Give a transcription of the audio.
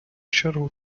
чергу